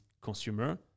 consumer